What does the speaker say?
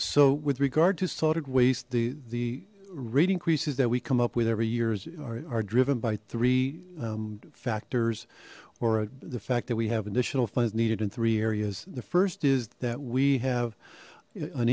so with regard to solid waste the the rate increases that we come up with every years are driven by three factors or the fact that we have additional funds needed in three areas the first is that we have an